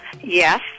yes